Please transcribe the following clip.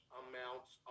amounts